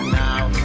now